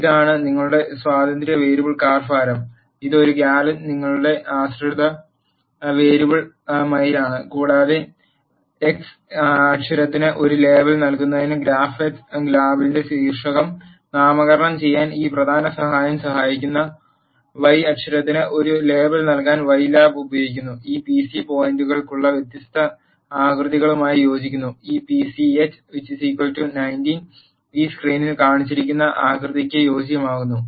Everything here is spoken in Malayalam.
ഇതാണ് നിങ്ങളുടെ സ്വതന്ത്ര വേരിയബിൾ കാർ ഭാരം ഇത് ഒരു ഗാലന് നിങ്ങളുടെ ആശ്രിത വേരിയബിൾ മൈലാണ് കൂടാതെ എക്സ് അക്ഷത്തിന് ഒരു ലേബൽ നൽകുന്നതിന് ഗ്രാഫ് x ലാബിന്റെ ശീർഷകം നാമകരണം ചെയ്യാൻ ഈ പ്രധാന സഹായം സഹായിക്കുന്നു y അക്ഷത്തിന് ഒരു ലേബൽ നൽകാൻ y ലാബ് ഉപയോഗിക്കുന്നു ഈ പി സി പോയിന്റുകൾക്കുള്ള വ്യത്യസ്ത ആകൃതികളുമായി യോജിക്കുന്നു ഈ pch 19 ഈ സ്ക്രീനിൽ കാണിച്ചിരിക്കുന്ന ആകൃതിക്ക് യോജിക്കുന്നു